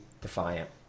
Defiant